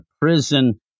prison